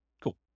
Cool